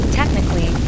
technically